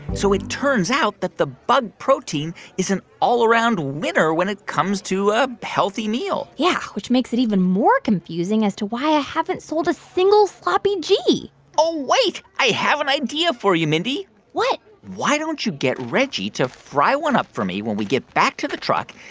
so it turns out that the bug protein is an all-around winner when it comes to a healthy meal yeah, which makes it even more confusing as to why i haven't sold a single sloppy g oh, wait. i have an idea for you, mindy what? why don't you get reggie to fry one up for me when we get back to the truck,